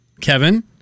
Kevin